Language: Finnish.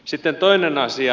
sitten toinen asia